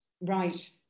Right